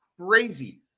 crazy